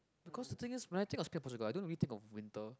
because the thing is when I think of Portugal I don't really think of winter